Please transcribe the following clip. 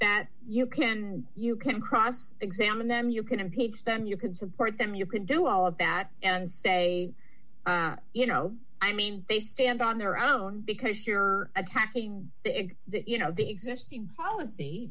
that you can you can cross examine them you can impeach them you can support them you can do all of that and they you know i mean they stand on their own because you're attacking you know the existing policy